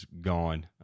gone